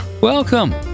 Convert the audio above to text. welcome